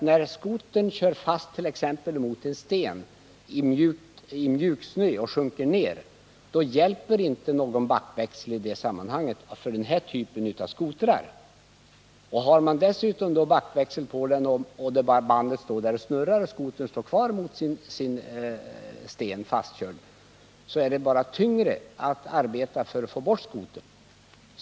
När skotern kör fast exempelvis mot en sten i mjuk snö och sjunker ned, hjälper inte någon backväxel för den här typen av skotrar. Om man har en backväxel på skotern och bandet bara står och snurrar och skotern står kvar mot stenen, blir det ett tyngre arbete att få bort skotern.